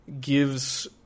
Gives